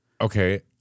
Okay